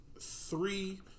Three